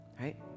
right